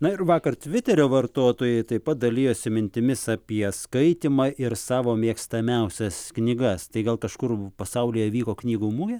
na ir vakar tviterio vartotojai taip pat dalijosi mintimis apie skaitymą ir savo mėgstamiausias knygas tai gal kažkur pasaulyje vyko knygų mugė